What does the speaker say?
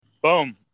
Boom